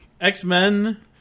X-Men